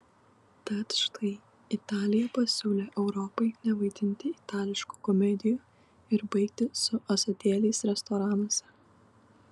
tad štai italija pasiūlė europai nevaidinti itališkų komedijų ir baigti su ąsotėliais restoranuose